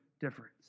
difference